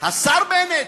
השר בנט,